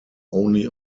only